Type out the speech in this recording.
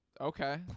okay